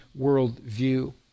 worldview